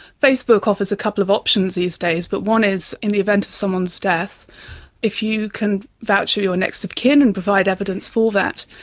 facebook offers a couple of options these days, but one is in the event of someone's death if you can vouch for your next of kin and provide evidence for that,